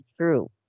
true